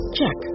Check